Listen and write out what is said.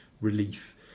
relief